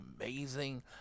amazing